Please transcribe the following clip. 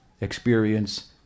experience